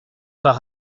par